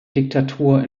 diktatur